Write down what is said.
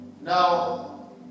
Now